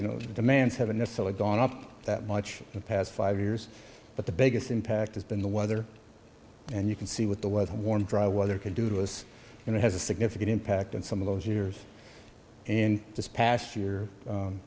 you know the demands haven't necessarily gone up that much in the past five years but the biggest impact has been the weather and you can see what the weather warm dry weather can do to us and it has a significant impact on some of those years and this past year